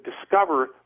discover